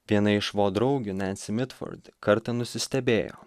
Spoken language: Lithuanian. viena iš vo draugių nensi midford kartą nusistebėjo